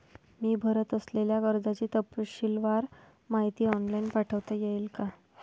मी भरत असलेल्या कर्जाची तपशीलवार माहिती ऑनलाइन पाठवता येईल का?